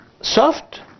soft